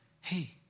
Hey